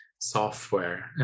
software